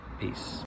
Peace